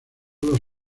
los